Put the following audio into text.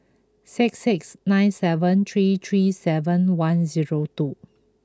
six six nine seven three three seven one two